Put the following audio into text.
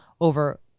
over